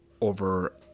over